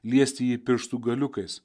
liesti jį pirštų galiukais